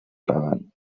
pełen